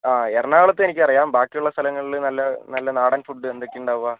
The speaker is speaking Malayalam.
ആ എറണാകുളത്തെ എനിക്കറിയാം ബാക്കിയുള്ള സ്ഥലങ്ങളിൽ നല്ല നല്ല നാടൻ ഫുഡ് എന്തൊക്കെയാണ് ഉണ്ടാവുക